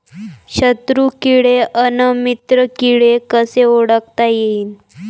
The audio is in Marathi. शत्रु किडे अन मित्र किडे कसे ओळखता येईन?